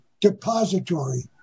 depository